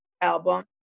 album